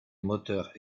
moteurs